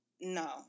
No